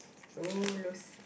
you lose